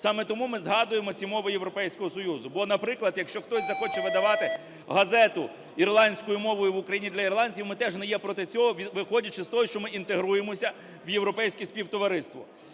Саме тому ми згадуємо ці мови Європейського Союзу. Бо, наприклад, якщо хтось захоче видавати газету ірландською мовою в Україні для ірландців, ми теж не є проти цього, виходячи з того, що ми інтегруємося в європейське співтовариство.